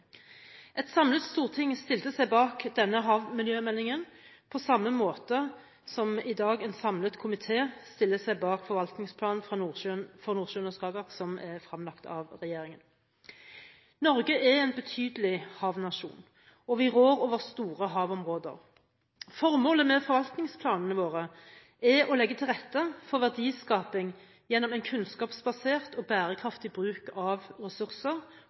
Et samlet storting stilte seg bak denne havmiljømeldingen, på samme måte som nå en samlet komite stiller seg bak forvaltningsplanen for Nordsjøen og Skagerrak. Norge er en betydelig havnasjon, og vi rår over store havområder. Formålet med forvaltningsplanene våre er å legge til rette for verdiskaping gjennom en kunnskapsbasert og bærekraftig bruk av ressurser